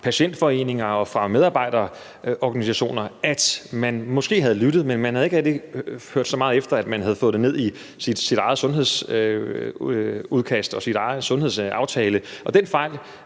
patientforeninger og medarbejderorganisationer, at man måske havde lyttet, men man havde ikke hørt så meget efter, at man havde fået det med i sit sundhedsudkast og sin sundhedsaftale, og den fejl